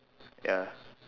ya